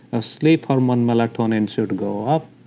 ah sleep hormone melatonin should go up,